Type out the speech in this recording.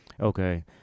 Okay